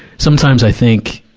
sometimes i think,